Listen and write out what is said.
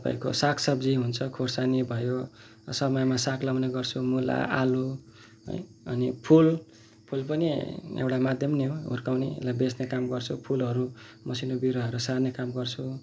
तपाईँको साग सब्जी हुन्छ खोर्सानी भयो समयमा साग लाउने गर्छु मूला आलु है अनि फुल फुल पनि एउटा माध्यम नै हो हुर्काउने यसलाई बेच्ने काम गर्छु फुलहरू मसिनो बिरुवाहरू सार्ने काम गर्छु